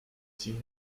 see